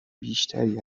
بیشتری